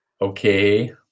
okay